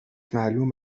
معلوم